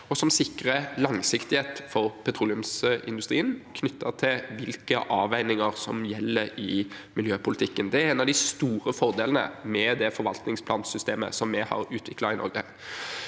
og som sikrer langsiktighet for petroleumsindustrien knyttet til hvilke avveininger som gjelder i miljøpolitikken, er en av de store fordelene med det forvaltningsplansystemet vi har utviklet i Norge.